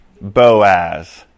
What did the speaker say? Boaz